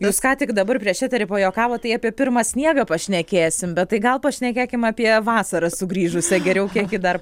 jūs ką tik dabar prieš eterį pajuokavot tai apie pirmą sniegą pašnekėsim bet tai gal pašnekėkim apie vasarą sugrįžusią geriau kiek ji dar